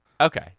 Okay